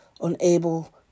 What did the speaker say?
unable